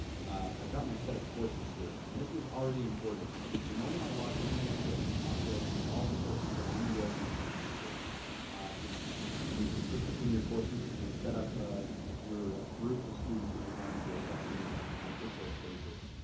i've got my set of courses here and this was already imported. the the moment i logged in this list was populated with all the courses that i'm enrolled in as a teacher and you can switch between your courses and set up ah your groups of students that you're going to be assessing on a per course basis.